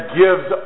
gives